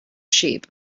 sheep